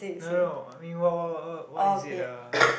no no I mean what what what what what is it uh